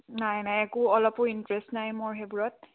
নাই নাই একো অলপো ইণ্টাৰেষ্ট নাই মোৰ সেইবোৰত